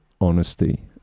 honesty